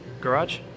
garage